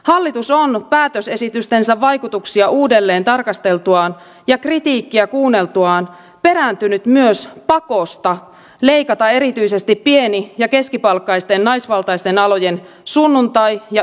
hallitus on päätösesitystensä vaikutuksia uudelleen tarkasteltuaan ja kritiikkiä kuunneltuaan perääntynyt myös pakosta leikata erityisesti pieni ja keskipalkkaisten naisvaltaisten alojen sunnuntai ja ylityökorvauslisiä